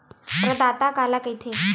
प्रदाता काला कइथे?